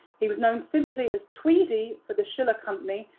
he was known simply as tweedy for the schiller company,